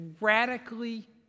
radically